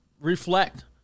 reflect